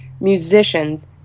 musicians